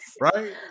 Right